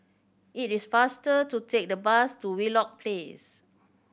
it is faster to take the bus to Wheelock Place